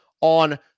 on